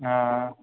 हँ